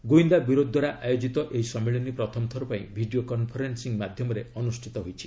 ଗୁଇନ୍ଦା ବ୍ୟୁରୋଦ୍ୱାରା ଆୟୋଜିତ ଏହି ସମ୍ମିଳନୀ ପ୍ରଥମ ଥରପାଇଁ ଭିଡ଼ିଓ କନ୍ଫରେନ୍ସିଂ ମାଧ୍ୟମରେ ଅନୁଷ୍ଠିତ ହୋଇଛି